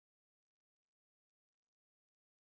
mine is three shirts